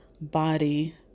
body